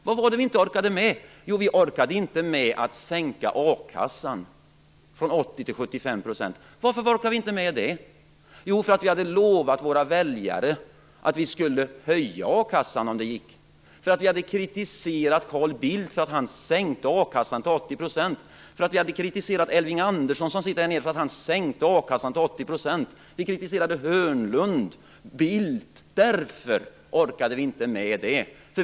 Vad var det vi inte orkade med? Jo, vi orkade inte sänka a-kassan från 80 till 75 %. Varför orkade vi inte det? Jo, det berodde på att vi hade lovat våra väljare att vi skulle höja a-kassan om det gick. Vi hade kritiserat Carl Bildt för att han sänkte a-kassan till 80 %. Vi hade kritiserat Elving Andersson, som sitter här nere, för att han sänkte a-kassan till 80 %. Vi hade kritiserat Börje Hörnlund. Därför orkade vi inte med det.